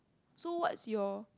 so what's your